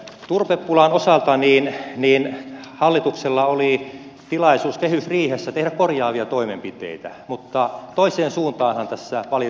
turvepulan osalta hallituksella oli tilaisuus kehysriihessä tehdä korjaavia toimenpiteitä mutta toiseen suuntaanhan tässä valitettavasti mennään